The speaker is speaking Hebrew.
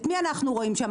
את מי אנחנו רואים שם?